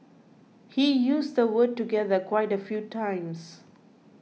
he used the word together quite a few times